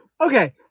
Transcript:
Okay